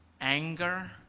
anger